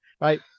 right